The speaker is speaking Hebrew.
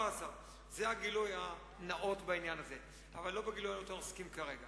8 מיליארדים שנגבה היום כדמי ביטוח לאומי לאבטלה,